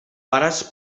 pares